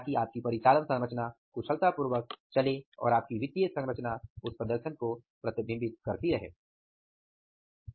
ताकि आपकी परिचालन संरचना कुशलतापूर्वक चल रही हो और आपकी वित्तीय संरचना उस प्रदर्शन को प्रतिबिंबित करने वाली हो